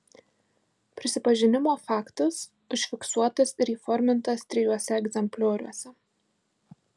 prisipažinimo faktas užfiksuotas ir įformintas trijuose egzemplioriuose